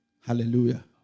Hallelujah